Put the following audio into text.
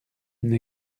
une